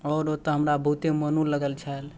आओर ओतऽ हमरा बहुते मोनो लागल छल